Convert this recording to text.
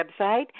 website